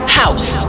house